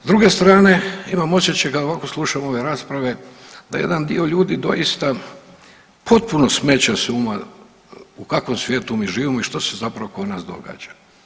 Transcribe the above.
S druge strane, imam osjećaj, kako slušam ove rasprave da jedan dio ljudi doista potpuno smeće s uma u kakvom svijetu mi živimo i što se zapravo oko nas događa.